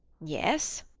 yes.